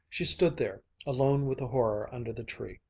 she stood there, alone with the horror under the tree.